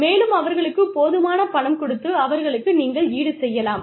மேலும் அவர்களுக்கு போதுமான பணம் கொடுத்து அவர்களுக்கு நீங்கள் ஈடுசெய்யலாம்